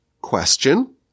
question